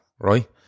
right